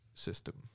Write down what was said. system